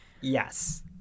Yes